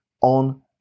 on